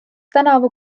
tänavu